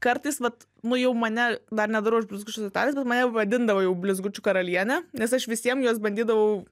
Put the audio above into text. kartais vat nu jau mane dar nedarau aš blizgučių stotelės bet mane vadindavo jau blizgučių karaliene nes aš visiem juos bandydavau